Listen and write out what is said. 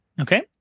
Okay